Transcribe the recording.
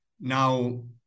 Now